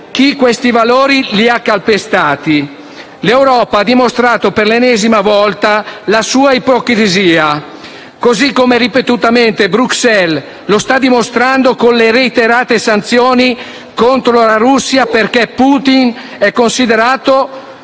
chi questi valori ha calpestato. L'Europa ha dimostrato, per l'ennesima volta, la sua ipocrisia, così come ripetutamente Bruxelles sta dimostrando con le reiterate sanzioni contro la Russia, perché Putin è considerato